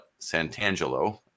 Santangelo